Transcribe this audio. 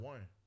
One